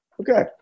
Okay